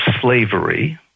slavery